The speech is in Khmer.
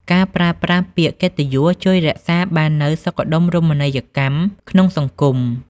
ការប្រើប្រាស់ពាក្យកិត្តិយសជួយរក្សាបាននូវសុខដុមរមណីយកម្មក្នុងសង្គម។